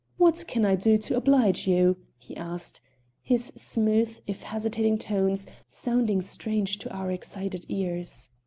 what can i do to oblige you? he asked his smooth, if hesitating tones, sounding strange to our excited ears.